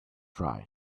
try